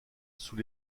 sous